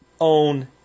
own